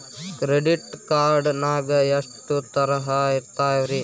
Credit card ನಾಗ ಎಷ್ಟು ತರಹ ಇರ್ತಾವ್ರಿ?